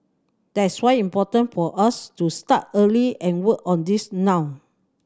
that's why important for us to start early and work on this now